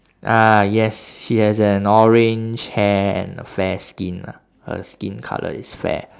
ah yes she has an orange hair and a fair skin ah her skin colour is fair